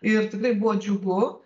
ir tikrai buvo džiugu